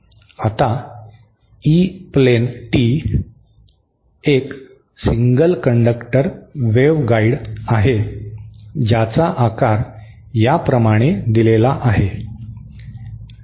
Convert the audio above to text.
आता E plane tee एक single conductor waveguide आहे ज्याचा आकार या प्रमाणे दिलेला आहे